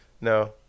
no